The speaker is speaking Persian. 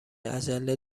عجله